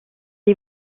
est